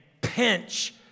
pinch